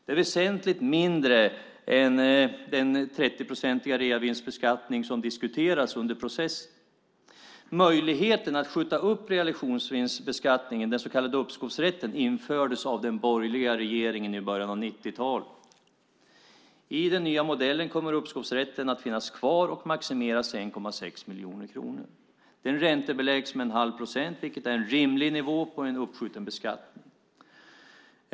Det är väsentligt mindre än den 30-procentiga reavinstbeskattning som diskuterats under processen. Möjligheten att skjuta upp realisationsvinstbeskattningen, den så kallade uppskovsrätten, infördes av den borgerliga regeringen i början av 90-talet. I den nya modellen kommer uppskovsrätten att finnas kvar och maximeras till 1,6 miljoner kronor. Den räntebeläggs med 1⁄2 procent, vilket är en rimlig nivå på en uppskjuten beskattning.